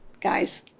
Guys